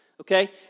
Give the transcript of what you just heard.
Okay